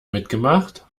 mitgemacht